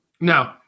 No